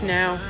now